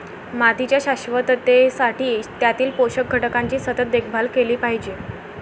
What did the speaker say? मातीच्या शाश्वततेसाठी त्यातील पोषक घटकांची सतत देखभाल केली पाहिजे